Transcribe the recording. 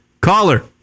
caller